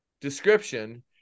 description